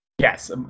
Yes